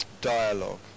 Dialogue